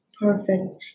perfect